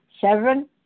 Seven